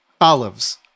olives